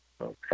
Okay